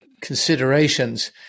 considerations